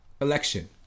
election